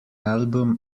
album